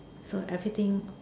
so everything